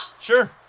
Sure